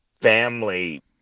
family